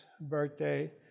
birthday